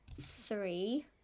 three